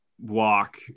walk